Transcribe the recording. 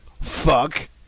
fuck